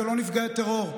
אלה לא נפגעי טרור,